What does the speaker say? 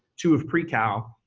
two of pre-cal,